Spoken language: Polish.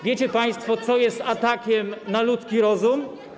Wiecie państwo, co jest atakiem na ludzki rozum?